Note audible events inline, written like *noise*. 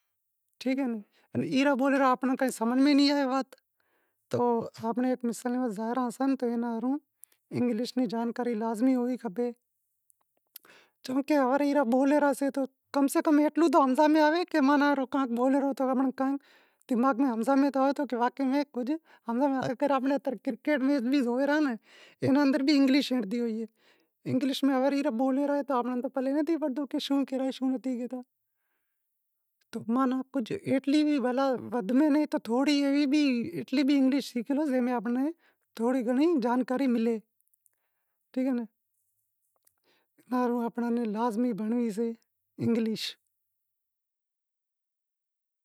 ٹھیک اے ناں، ای بولی امیں سمجھ میں ناں آوے تو آنپڑے *unintelligible* انگلش ری جانکاری لازمی ہونڑ کھپے، چمکہ کوئی ایئے بولی میں بولے رہیا سے تو کم سے کم ایتلی تو ہمزا میں آوے کی ماناں واقئے ای بولے رہیو، اگر امیں کرکیٹ بھی زوئی رہیا تو اوئے ماہ بھی انگلش ہوشے، انگلش ری ناں خبر ہوشے تشوں کہے رہیو، ودھ ناں تو بھی تھوڑی ایتلی انگلش سینکھنڑی پڑسے کی امیں تھوڑی گھنڑی جانکاری ملے، ٹھیک اے ناں، ایئاں ہاروں امیں لازمی انگلش بھنڑنڑی پڑشے